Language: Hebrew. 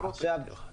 תודה.